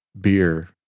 beer